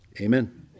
amen